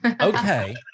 okay